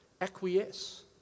Acquiesce